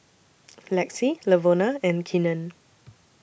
Lexi Lavona and Keenan